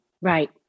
Right